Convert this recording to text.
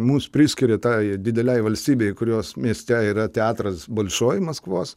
mus priskiria tai didelei valstybei kurios mieste yra teatras balšoj maskvos